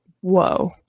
whoa